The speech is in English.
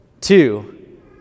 Two